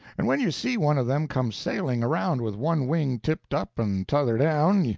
and when you see one of them come sailing around with one wing tipped up and t'other down,